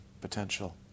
potential